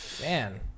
man